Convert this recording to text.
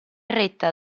retta